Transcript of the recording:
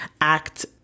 act